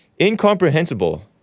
Incomprehensible